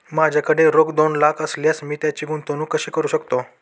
माझ्याकडे रोख दोन लाख असल्यास मी त्याची गुंतवणूक कशी करू शकतो?